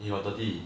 he got thirty